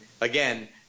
again